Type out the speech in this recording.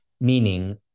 meaning